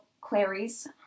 Clarice